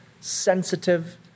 sensitive